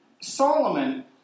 Solomon